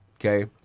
okay